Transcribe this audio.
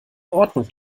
ordnung